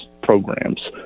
programs